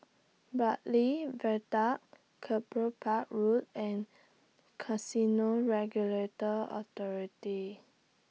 Bartley Viaduct Kelopak Road and Casino Regulatory Authority